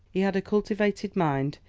he had a cultivated mind,